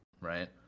right